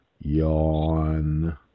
yawn